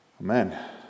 Amen